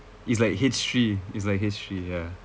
it's like H three it's the H three ya